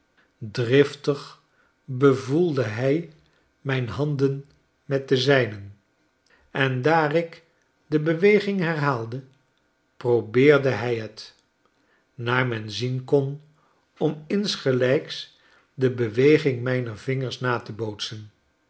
driftig bevoelde hi mijn handen met de zijnen n daar ik de beweging herhaalde probeerde hi het naar men zien kon om insgelijks de beweging mijner vingers na te bootsen